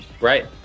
Right